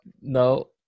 no